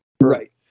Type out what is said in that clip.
Right